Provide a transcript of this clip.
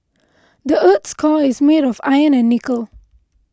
the earth's core is made of iron and nickel